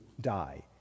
die